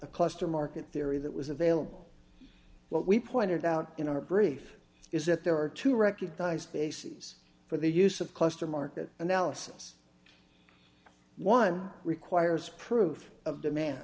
a cluster market theory that was available what we pointed out in our brief is that there are two recognized bases for the use of cluster market analysis one requires proof of demand